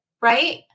right